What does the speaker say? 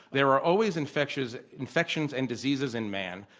there are always infections infections and diseases in man.